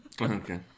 Okay